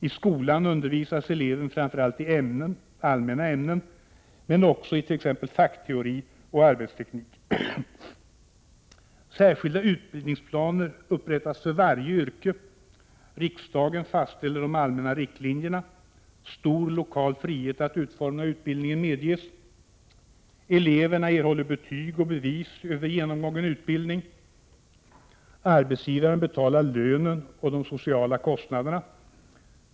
I skolan undervisas eleven framför allt i allmänna ämnen, men också it.ex. fackteori och arbetsteknik. Särskilda utbildningsplaner upprättas för varje yrke. Riksdagen fastställer de allmänna riktlinjerna. Stor lokal frihet att utforma utbildningen medges. Arbetsgivaren betalar lönen och de sociala kostnaderna.